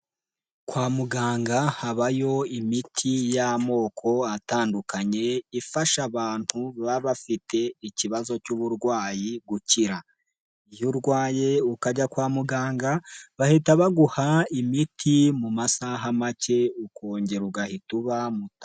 Kwa muganga habayo imiti y'amoko atandukanye ifasha abantu baba bafite ikibazo cy'uburwayi gukira. Iyo urwaye ukajya kwa muganga, bahita baguha imiti mu masaha make ukongera ugahita uba mutaraga.